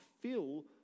feel